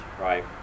right